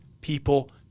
people